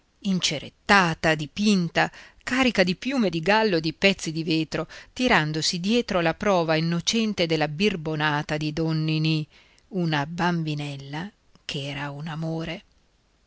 incerettata dipinta carica di piume di gallo e di pezzi di vetro tirandosi dietro la prova innocente della birbonata di don ninì una bambinella ch'era un amore